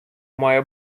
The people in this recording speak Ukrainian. має